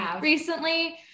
recently